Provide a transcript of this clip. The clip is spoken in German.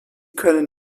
können